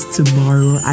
tomorrow